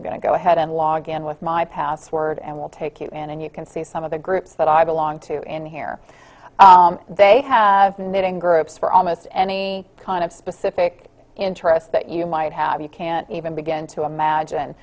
going to go ahead and log in with my password and we'll take you in and you can see some of the groups that i belong to in here they have knitting groups for almost any kind of specific interest that you might have you can't even begin to imagine